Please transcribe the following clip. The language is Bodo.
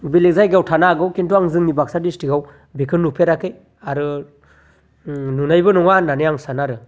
बेलेग जायगायाव थानो हागौ खिन्थु आं जोंनि बाकसा डिस्ट्रिकआव बेखौ नुफेराखै आरो नुनायबो नङा होन्नानै आं सानो आरो